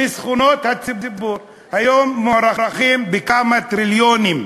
חסכונות הציבור היום מוערכים בכמה טריליונים.